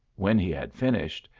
when he had finished,